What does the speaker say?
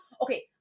okay